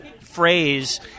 phrase